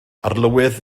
arlywydd